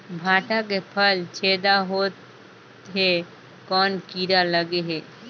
भांटा के फल छेदा होत हे कौन कीरा लगे हे?